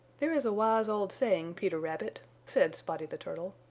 there is a wise old saying, peter rabbit, said spotty the turtle,